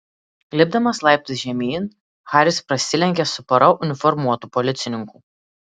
lipdamas laiptais žemyn haris prasilenkė su pora uniformuotų policininkų